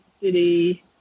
city